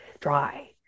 dry